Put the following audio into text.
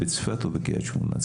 בצפת או בקרית שמונה?